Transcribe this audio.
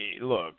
look